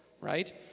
right